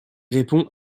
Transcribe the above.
répond